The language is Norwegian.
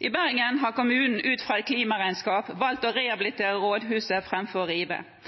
I Bergen har kommunen, ut fra et klimaregnskap, valgt å